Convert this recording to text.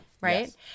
Right